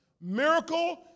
Miracle